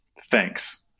thanks